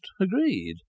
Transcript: agreed